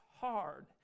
hard